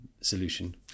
solution